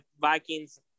Vikings